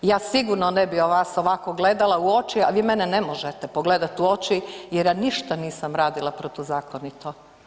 Ja sigurno ne bi vas ovako gledala u oči, a vi mene ne možete pogledati u oči jer ja ništa nisam radila protuzakonito.